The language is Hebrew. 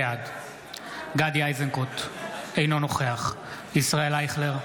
בעד גדי איזנקוט, אינו נוכח ישראל אייכלר,